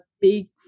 big